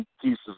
pieces